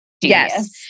Yes